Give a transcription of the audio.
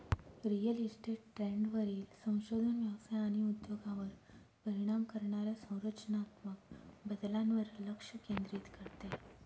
real estate ट्रेंडवरील संशोधन व्यवसाय आणि उद्योगावर परिणाम करणाऱ्या संरचनात्मक बदलांवर लक्ष केंद्रित करते